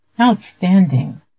Outstanding